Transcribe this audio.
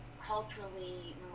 culturally